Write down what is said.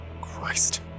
Christ